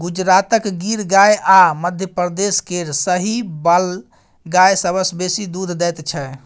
गुजरातक गिर गाय आ मध्यप्रदेश केर साहिबाल गाय सबसँ बेसी दुध दैत छै